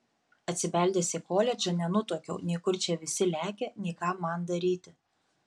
atsibeldęs į koledžą nenutuokiau nei kur čia visi lekia nei ką man daryti